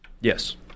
Yes